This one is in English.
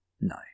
No